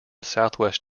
southwest